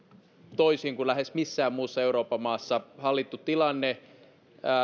toisin kuin lähes missään muussa euroopan maassa hallittu tilanne